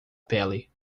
pele